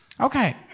Okay